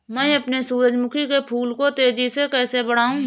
मैं अपने सूरजमुखी के फूल को तेजी से कैसे बढाऊं?